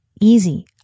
easy